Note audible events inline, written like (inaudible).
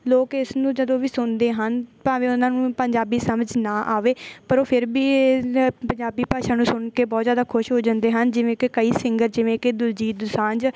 ਲੋਕ ਇਸ ਨੂੰ ਜਦੋਂ ਵੀ ਸੁਣਦੇ ਹਨ ਭਾਵੇਂ ਉਹਨਾਂ ਨੂੰ ਪੰਜਾਬੀ ਸਮਝ ਨਾ ਆਵੇ ਪਰ ਉਹ ਫਿਰ ਵੀ (unintelligible) ਪੰਜਾਬੀ ਭਾਸ਼ਾ ਨੂੰ ਸੁਣ ਕੇ ਬਹੁਤ ਜ਼ਿਆਦਾ ਖੁਸ਼ ਹੋ ਜਾਂਦੇ ਹਨ ਜਿਵੇਂ ਕਿ ਕਈ ਸਿੰਗਰ ਜਿਵੇਂ ਕਿ ਦਿਲਜੀਤ ਦੁਸਾਂਝ